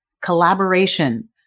collaboration